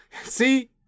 See